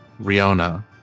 Riona